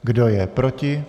Kdo je proti?